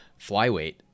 flyweight